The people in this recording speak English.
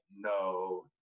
no